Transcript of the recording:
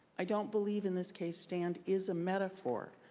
i don't believe in this case stand is a metaphor.